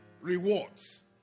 rewards